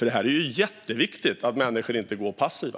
Det är jätteviktigt att människor inte går passiva.